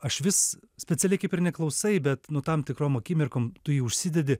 aš vis specialiai kaip ir neklausai bet tam tikrom akimirkom tu jį užsidedi